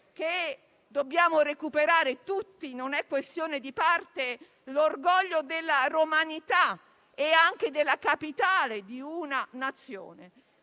che dobbiamo recuperare tutti (non è una questione di parte) l'orgoglio della romanità e anche della capitale di una Nazione.